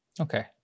Okay